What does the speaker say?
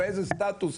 מאיזה סטטוס,